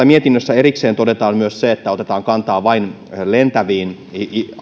mietinnössä erikseen todetaan myös se että otetaan kantaa vain lentäviin